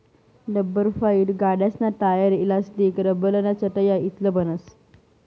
लब्बरफाइ गाड्यासना tyre, elastic, लब्बरन्या चटया इतलं बनस